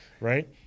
right